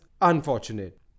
unfortunate